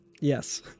Yes